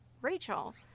Rachel